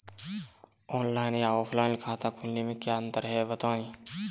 Online या offline खाता खोलने में क्या अंतर है बताएँ?